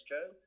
Joe